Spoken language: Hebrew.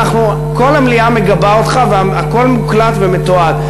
כל המליאה מגבה אותך והכול מוקלט ומתועד.